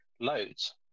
loads